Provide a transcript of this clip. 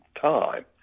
time